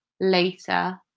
later